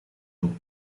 door